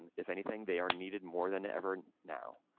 and if anything, they are needed more than ever now.